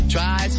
Try